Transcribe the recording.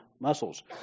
muscles